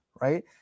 right